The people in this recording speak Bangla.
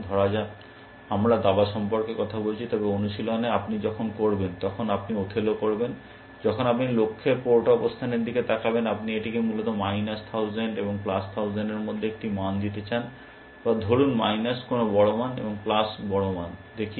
ধরা যাক আমরা দাবা সম্পর্কে কথা বলছি তবে অনুশীলনে আপনি যখন করবেন তখন আপনি ওথেলো করবেন যখন আপনি লক্ষ্য এর পোর্ট অবস্থানের দিকে তাকাবেন আপনি এটিকে মূলত মাইনাস 1000 এবং প্লাস 1000 এর মধ্যে একটি মান দিতে চান বা ধরুন মাইনাস কোনো বড় মান এবং প্লাস বড় মান দেখি